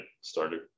started